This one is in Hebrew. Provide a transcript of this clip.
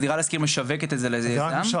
"דירה להשכיר" משווקת את זה לאיזה יזם.